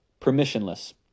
permissionless